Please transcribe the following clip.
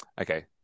Okay